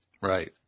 Right